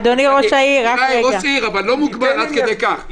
אולי אני ראש עיר, אבל לא מוגבל עד כדי כך.